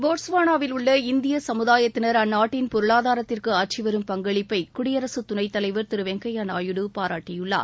போட்ஸ்வானாவில் உள்ள இந்திய சமுதாயத்தினர் அந்நாட்டின் பொருளாதாரத்திற்கு ஆற்றிவரும் பங்களிப்பை குடியரசு துணைத் தலைவா் திரு எம் வெங்கையா நாயுடு பாராட்டியுள்ளார்